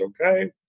okay